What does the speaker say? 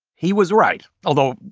he was right although,